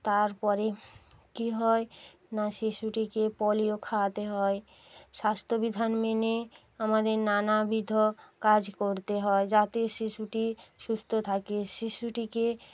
তারপরে কি হয় না শিশুটিকে পোলিও খাওয়াতে হয় স্বাস্থ্যবিধান মেনে আমাদের নানাবিধ কাজ করতে হয় যাতে শিশুটি সুস্থ থাকে শিশুটিকে